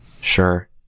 Sure